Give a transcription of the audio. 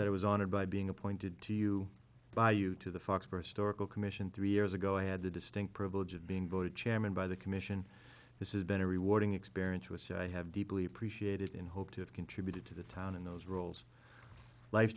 that i was honored by being appointed to you by you to the fox per store commission three years ago i had the distinct privilege of being voted chairman by the commission this is been a rewarding experience which i have deeply appreciated in hope to have contributed to the town in those roles life